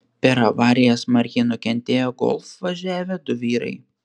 per avariją smarkiai nukentėjo golf važiavę du vyrai